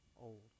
old